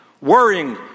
worrying